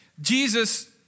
Jesus